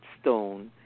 stone